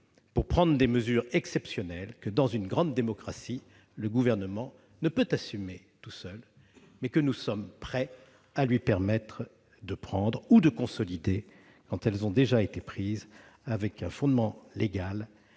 pour arrêter des mesures exceptionnelles que, dans une grande démocratie, le Gouvernement ne peut assumer seul, mais que nous sommes prêts à lui permettre de prendre ou de consolider quand elles ont déjà été prises sur un fondement légal,